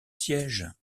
siège